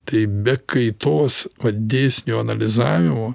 tai be kaitos o dėsnio analizavimo